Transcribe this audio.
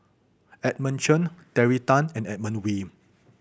Edmund Chen Terry Tan and Edmund Wee